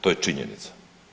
To je činjenica.